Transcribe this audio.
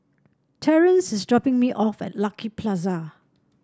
Terrence is dropping me off at Lucky Plaza